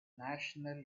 national